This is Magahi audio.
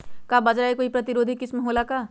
का बाजरा के कोई प्रतिरोधी किस्म हो ला का?